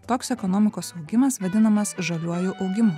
toks ekonomikos augimas vadinamas žaliuoju augimu